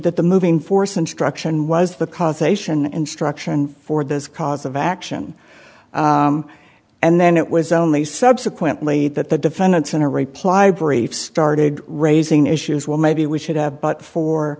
that the moving force instruction was the conservation and structure and for this cause of action and then it was only subsequently that the defendants in a reply brief started raising issues well maybe we should have but for